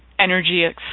energy